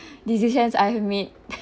decisions I've made